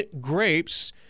grapes